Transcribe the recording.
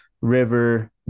river